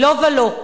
לא ולא.